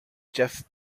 jeff